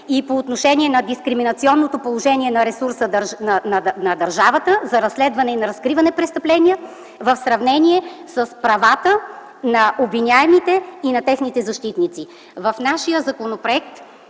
и по отношение на дискриминационното положение на ресурса на държавата за разследване и разкриване на престъпленията в сравнение с правата на обвиняемите и на техните защитници. В нашия законопроект